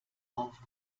auf